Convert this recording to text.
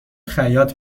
خیاط